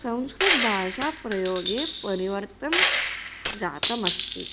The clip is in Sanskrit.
संस्कृतभाषाप्रयोगे परिवर्तनं जातमस्ति